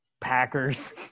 Packers